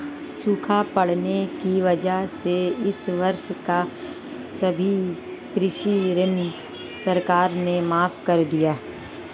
सूखा पड़ने की वजह से इस वर्ष का सभी कृषि ऋण सरकार ने माफ़ कर दिया है